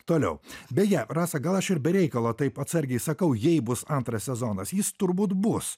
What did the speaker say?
toliau beje rasa gal aš ir be reikalo taip atsargiai sakau jei bus antras sezonas jis turbūt bus